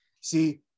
See